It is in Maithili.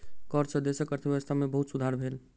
कर सॅ देशक अर्थव्यवस्था में बहुत सुधार भेल